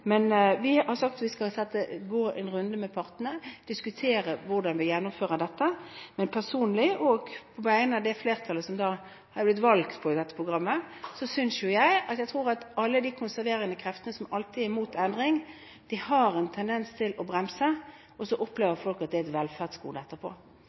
Men vi har sagt vi skal gå en runde med partene og diskutere hvordan vi skal gjennomføre dette. Personlig og på vegne av det flertallet som er blitt valgt på det programmet som har dette, mener jeg at alle de konserverende kreftene som alltid er imot endring, har en tendens til å bremse – og så